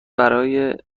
برای